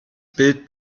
bild